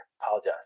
apologize